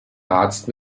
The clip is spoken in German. arzt